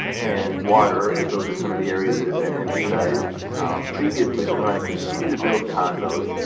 and water as those are some of the areas that have been emphasized previously. but we want to continue to build upon those,